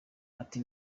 ati